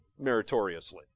meritoriously